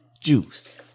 juice